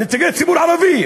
נציגי ציבור ערבים,